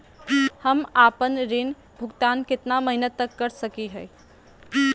हम आपन ऋण भुगतान कितना महीना तक कर सक ही?